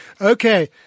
okay